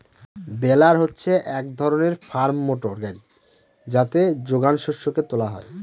বেলার হচ্ছে এক ধরনের ফার্ম মোটর গাড়ি যাতে যোগান শস্যকে তোলা হয়